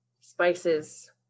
Spices